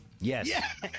Yes